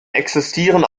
existieren